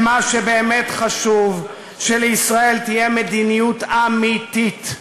מה שבאמת חשוב, שלישראל תהיה מדיניות אמיתית,